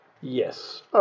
Yes